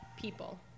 people